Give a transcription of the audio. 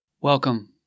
Welcome